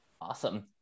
Awesome